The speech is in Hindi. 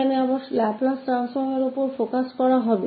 और अब हम फिर से लैपलेस ट्रांसफॉर्म पर ध्यान देंगे